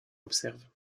observe